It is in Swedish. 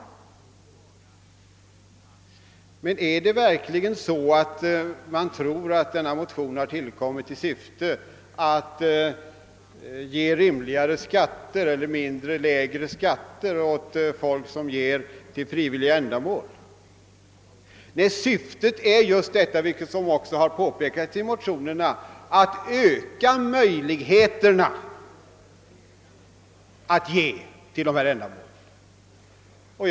Men tror man verkligen att motionsyrkandet i fråga framförts i syfte att ge lägre skatt för människor som ger bidrag till frivilliga ideella ändamål? Nej, syftet är, såsom påpekats i motionerna, just att öka möjligheterna att ge till dessa ändamål.